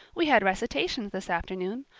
we had recitations this afternoon.